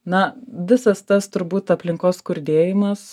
na visas tas turbūt aplinkos skurdėjimas